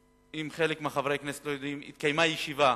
אם חלק מחברי הכנסת לא יודעים, התקיימה ישיבה.